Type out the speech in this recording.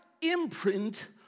imprint